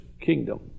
kingdom